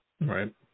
Right